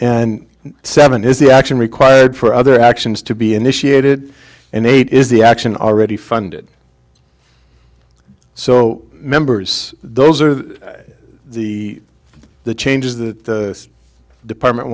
and seven is the action required for other actions to be initiated and eight is the action already funded so members those are the the changes that the department